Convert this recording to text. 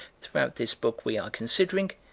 throughout this book, we are considering,